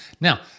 Now